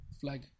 flag